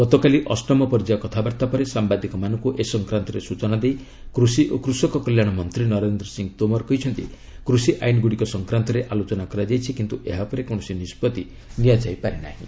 ଗତକାଲି ଅଷ୍ଟମ ପର୍ଯ୍ୟାୟ କଥାବାର୍ତ୍ତା ପରେ ସାମ୍ବାଦିକମାନଙ୍କୁ ଏ ସଂକ୍ରାନ୍ତରେ ସ୍ଚଚନା ଦେଇ କୃଷି ଓ କୃଷକ କଲ୍ୟାଣ ମନ୍ତ୍ରୀ ନରେନ୍ଦ୍ର ସିଂହ ତୋମର କହିଛନ୍ତି କୃଷି ଆଇନ୍ ଗୁଡ଼ିକ ସଂକ୍ରାନ୍ତରେ ଆଲୋଚନା କରାଯାଇଛି କିନ୍ତୁ ଏହା ଉପରେ କୌଣସି ନିଷ୍ପଭି ନିଆଯାଇପାରି ନାହିଁ